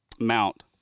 mount